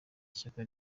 ishyaka